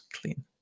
clean